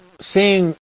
seeing